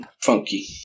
funky